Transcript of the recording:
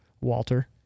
walter